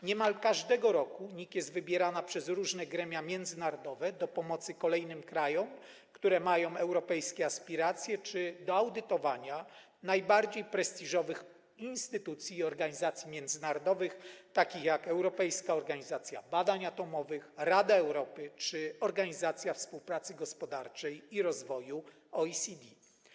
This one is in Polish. Niemal każdego roku NIK jest wybierana przez różne gremia międzynarodowe do pomocy kolejnym krajom, które mają europejskie aspiracje, czy do audytowania najbardziej prestiżowych instytucji i organizacji międzynarodowych, takich jak Europejska Organizacja Badań Jądrowych, Rada Europy czy Organizacja Współpracy Gospodarczej i Rozwoju, OECD.